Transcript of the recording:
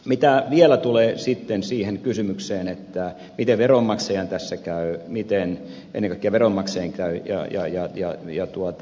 mitä vielä tulee siihen kysymykseen miten ennen kaikkea veronmaksajan käy ja on jo tuotu